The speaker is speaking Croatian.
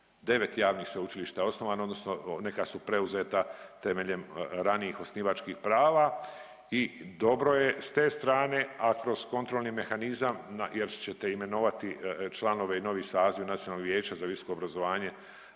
9 javnih sveučilišta je osnovano odnosno neka su preuzeta temeljem ranijih osnivačkih prava i dobro je s te strane, a kroz kontrolni mehanizam jer ćete imenovati članove i novi saziv Nacionalnog vijeća za visoko obrazovanje,